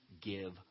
give